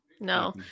No